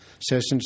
sessions